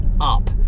up